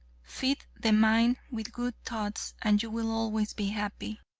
feed the mind with good thoughts and you will always be happy.